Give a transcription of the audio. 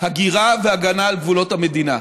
הגירה והגנה על גבולות המדינה.